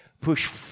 Push